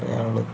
പറയാനുള്ളത്